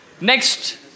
Next